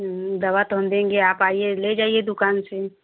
दवा तो हम देंगे आप आइए ले जाइए दुकान से